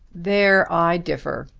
there i differ.